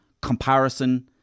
comparison